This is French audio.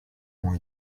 ont